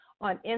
on